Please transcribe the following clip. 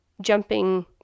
jumping